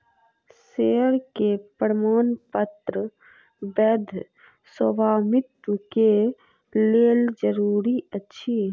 share के प्रमाणपत्र वैध स्वामित्व के लेल जरूरी अछि